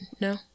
No